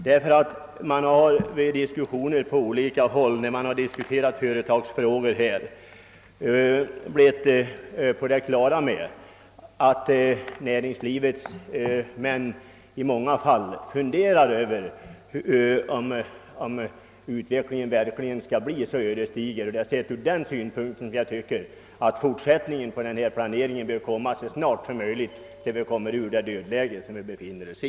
Man har nämligen vid diskussioner på olika håll i företagsfrågor blivit på det klara med att näringslivets företrädare i många fall funderar över om utvecklingen skall bli så ödesdiger som framgår av prognosen. Det är ur den synpunkten som jag anser att denna planering bör fortsätta så snart som möjligt så att vi kommer ur det dödläge som vi befinner oss i.